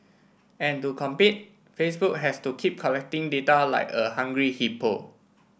and to compete Facebook has to keep collecting data like a hungry hippo